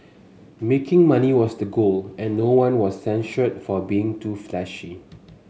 making money was the goal and no one was censured for being too flashy